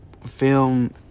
film